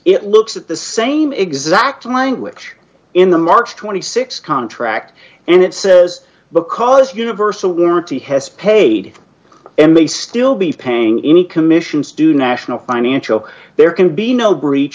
it looks at the same exact language in the march twenty six contract and it says because universal warranty has paid and may still be paying any commissions do national financial there can be no breach